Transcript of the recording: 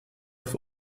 auf